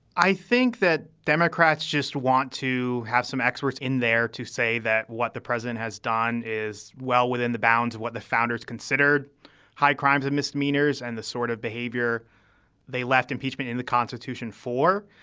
i think that democrats just want to have some experts in there to say that what the president has done is well within the bounds of what the founders considered high crimes and misdemeanors and the sort of behavior they left impeachment in the constitution for.